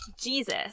Jesus